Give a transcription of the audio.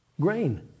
grain